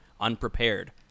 unprepared